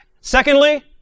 Secondly